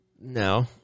No